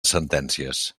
sentències